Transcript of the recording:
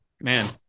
man